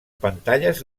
pantalles